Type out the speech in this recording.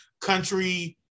country